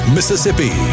Mississippi